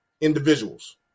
individuals